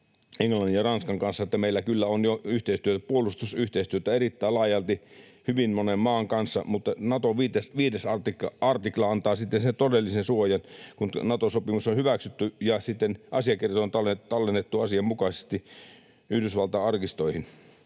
Englannin ja Ranskan, kanssa — meillä kyllä on jo puolustusyhteistyötä erittäin laajalti hyvin monen maan kanssa — mutta Naton 5 artikla antaa sitten sen todellisen suojan, kun Nato-sopimus on hyväksytty ja sitten asiakirjat on tallennettu asianmukaisesti Yhdysvaltain arkistoihin.